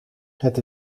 het